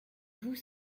bout